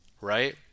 right